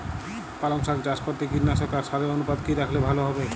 পালং শাক চাষ করতে কীটনাশক আর সারের অনুপাত কি রাখলে ভালো হবে?